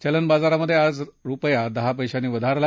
चलन बाजारात आज रुपया दहा पैशांनी वधारला